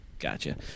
Gotcha